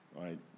right